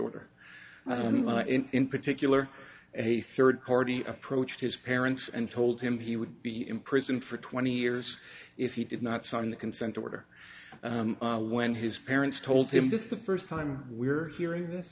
order in particular a third party approached his parents and told him he would be in prison for twenty years if he did not sign the consent order when his parents told him this is the first time we're hearing this